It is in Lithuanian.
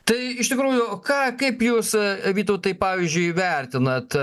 tai iš tikrųjų ką kaip jūs vytautai pavyzdžiui vertinat